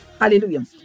Hallelujah